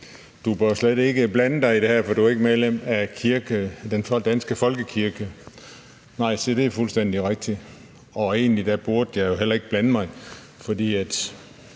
Du bør slet ikke blande dig i det her, for du er ikke medlem af den danske folkekirke. Nej, det er fuldstændig rigtigt, sagde jeg. Og egentlig burde jeg heller ikke blande mig, for hvad